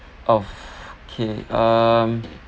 of okay um